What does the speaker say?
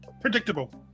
Predictable